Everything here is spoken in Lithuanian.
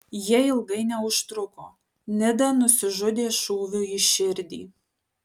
jie ilgai neužtruko nida nusižudė šūviu į širdį